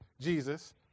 Jesus